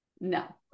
No